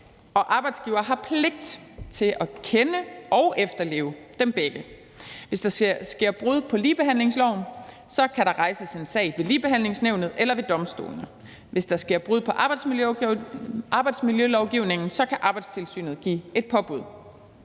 og arbejdsgiveren har pligt til at kende og efterleve dem begge. Hvis der sker brud på ligebehandlingsloven, kan der rejses en sag ved Ligebehandlingsnævnet eller ved domstolene. Hvis der sker brud på arbejdsmiljølovgivningen, kan Arbejdstilsynet give et påbud.